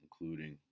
including